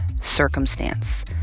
circumstance